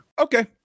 Okay